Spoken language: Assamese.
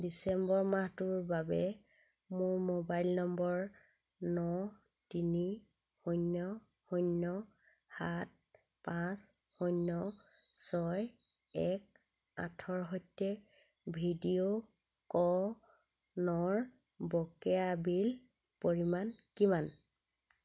ডিচেম্বৰ মাহটোৰ বাবে মোৰ মোবাইল নম্বৰ ন তিনি শূন্য শূন্য সাত পাঁচ শূন্য ছয় এক আঠৰ সৈতে ভিডিঅ'ক'ণৰ বকেয়া বিল পৰিমাণ কিমান